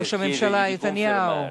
ראש הממשלה נתניהו,